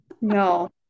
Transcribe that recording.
no